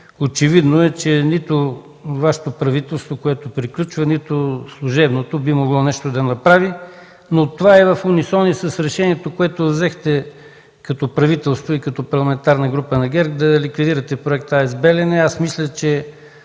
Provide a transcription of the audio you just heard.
очевидно, че нито Вашето правителство, което приключва, нито служебното би могло нещо да направи. Това е и в унисон и с решението, което взехте като правителство и Парламентарна група на ГЕРБ да ликвидирате проекта АЕЦ „Белене”. Аз мисля, че